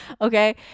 Okay